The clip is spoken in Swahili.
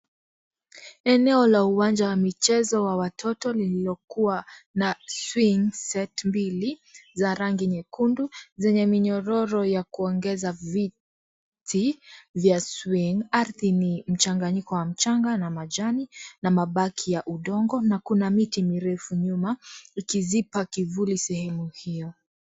Eneo la uwanja wa michezo wa watoto liliokuwa na swing set mbili za rangi nyekundu zenye minyororo ya kuongeza viti vya swing. Ardhi ni mchanganyiko wa mchanga na majani na mabaki ya udongo na kuna miti mirefu nyuma ikizipa kivuli sehemu hiyo.